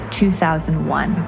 2001